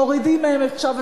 מורידים מהם עכשיו,